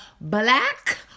black